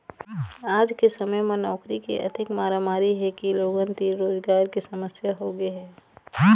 आज के समे म नउकरी के अतेक मारामारी हे के लोगन तीर रोजगार के समस्या होगे हे